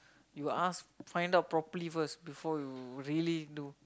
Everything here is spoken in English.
you ask find out properly first before you really do